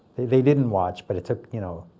they they didn't watch, but it took you know